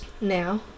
now